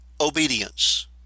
obedience